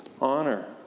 honor